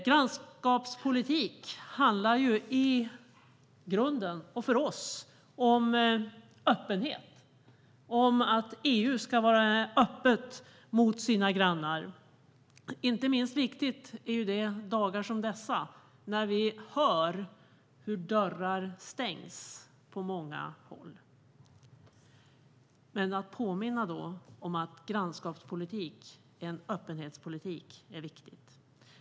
Grannskapspolitik handlar för oss i grunden om öppenhet, om att EU ska vara öppet mot sina grannar. Inte minst är det viktigt i dagar som dessa, när vi hör hur dörrar stängs på många håll. Att då påminna om att grannskapspolitik är en öppenhetspolitik är viktigt.